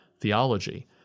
theology